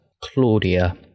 Claudia